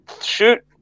shoot